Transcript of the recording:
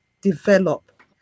develop